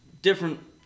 Different